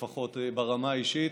לפחות ברמה האישית,